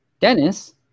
Dennis